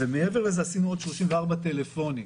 מעבר לזה, עשינו עוד 34,000 טלפונים.